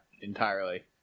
Entirely